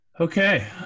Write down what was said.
Okay